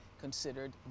considered